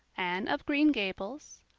anne of green gables,